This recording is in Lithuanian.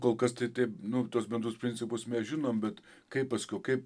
kol kas tai taip nu tuos bendrus principus mes žinom bet kaip paskiau kaip